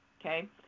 Okay